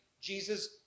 Jesus